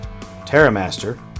Terramaster